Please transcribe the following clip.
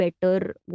better